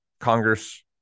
Congress